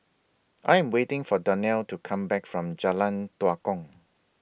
I Am waiting For Donell to Come Back from Jalan Tua Kong